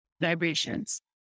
vibrations